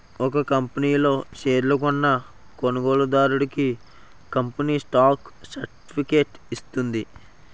ఒక కంపనీ లో షేర్లు కొన్న కొనుగోలుదారుడికి కంపెనీ స్టాక్ సర్టిఫికేట్ ఇస్తుంది